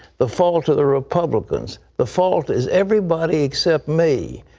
the fault of the republicans. the fault is everybody except me.